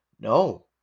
no